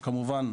שכמובן,